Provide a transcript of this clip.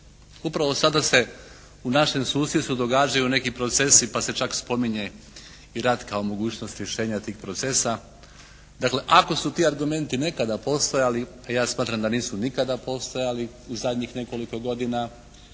Upravo sada se u našem susjedstvu događaju neki procesi pa se čak spominje i rat kao mogućnost rješenja tih procesa. Dakle, ako su ti argumenti nekada postojali, a ja smatram da nisu nikada postojali u zadnjih nekoliko godina